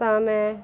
ਤਾਂ ਮੈਂ